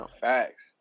facts